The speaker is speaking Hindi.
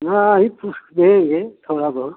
नहीं पु देंगे थोड़ा बहुत